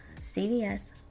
CVS